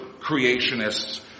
creationists